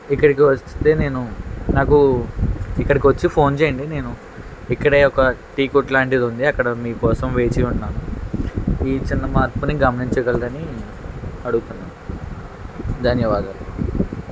ఇక్కడికి వస్తే నేను నాకు ఇక్కడికి వచ్చి ఫోన్ చేయండి నేను ఇక్కడే ఒక టీ కొట్టు లాంటిది ఉంది అక్కడ మీ కోసం వేచి ఉన్నాను ఈ చిన్న మార్పుని గమనించగలరని అడుగుతున్నాను ధన్యవాదాలు